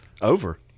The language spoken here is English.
over